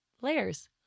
layers